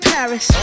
Paris